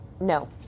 no